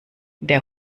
der